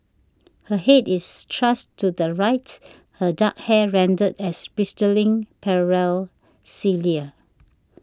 her head is thrust to the right her dark hair rendered as bristling parallel cilia